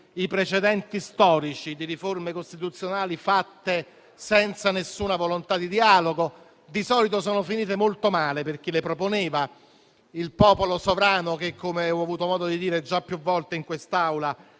i precedenti storici di riforme costituzionali fatte senza alcuna volontà di dialogo: di solito sono finite molto male per chi le proponeva. Il popolo sovrano, che - come ho avuto modo di dire già più volte in quest'Aula